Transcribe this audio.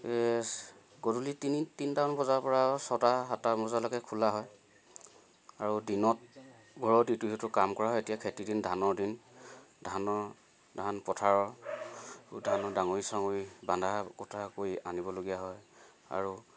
গধূলি তিনি তিনটামান বজাৰ পৰা ছটা সাতটা বজালৈকে খোলা হয় আৰু দিনত ঘৰত ইটো সিটো কাম কৰা হয় এতিয়া খেতিদিন ধানৰ দিন ধানৰ ধান পথাৰৰ ধানৰ ডাঙৰি চাঙৰি বান্ধা কটা কৰি আনিবলগীয়া হয় আৰু